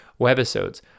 webisodes